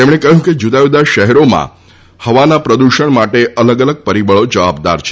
તેમણે કહ્યું કે જુદાં જુદાં શહેરોમાં હવાના પ્રદૂષણ માટે અલગ અલગ પરિબળી જવાબદાર છે